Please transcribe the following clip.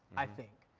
i think.